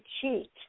cheat